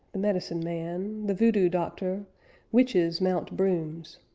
the medicine man, the voodoo doctor witches mount brooms.